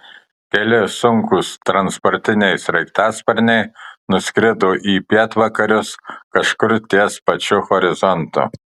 keli sunkūs transportiniai sraigtasparniai nuskrido į pietvakarius kažkur ties pačiu horizontu